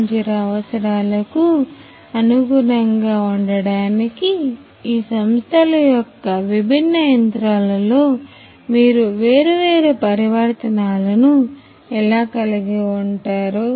0 అవసరాలకు అనుగుణంగా ఉండటానికి ఈ సంస్థల యొక్క విభిన్న యంత్రాలలో మీరు వేర్వేరు పరివర్తనాలను ఎలా కలిగి ఉంటారు